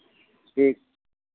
ठीक